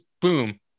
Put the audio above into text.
boom